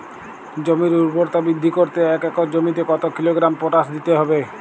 জমির ঊর্বরতা বৃদ্ধি করতে এক একর জমিতে কত কিলোগ্রাম পটাশ দিতে হবে?